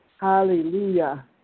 Hallelujah